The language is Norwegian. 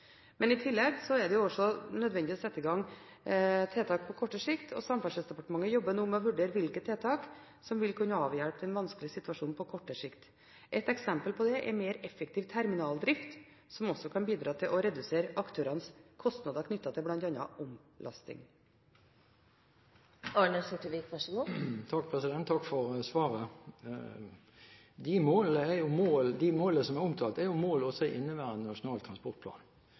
Men i tillegg er det nødvendig å sette i gang tiltak på kortere sikt, og Samferdselsdepartementet jobber nå med å vurdere hvilke tiltak som vil kunne avhjelpe den vanskelige situasjonen på kortere sikt. Et eksempel på dette er mer effektiv terminaldrift, som også kan bidra til å redusere aktørenes kostnader knyttet til bl.a. omlasting. Takk for svaret. De målene som er omtalt, er jo mål også i inneværende Nasjonal transportplan.